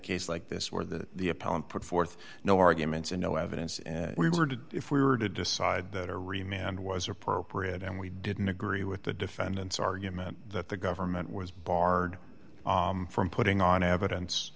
case like this where that the appellant put forth no arguments and no evidence and we were to if we were to decide that a remained was appropriate and we didn't agree with the defendant's argument that the government was barred from putting on